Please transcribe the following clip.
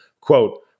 quote